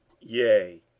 yea